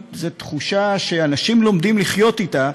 זאת תחושה שאנשים לומדים לחיות אתה,